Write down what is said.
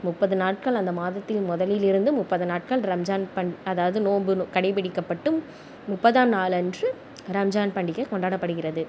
முப்பது நாட்கள் அந்த மாதத்தின் முதலில் இருந்து முப்பது நாட்கள் ரம்ஜான் அதாவது நோம்பு கடைபிடிக்க பட்டும் முப்பதாம் நாள் அன்று ரம்ஜான் அதாவது பண்டிகை கொண்டாடபடுகிறது